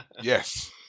Yes